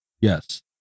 Yes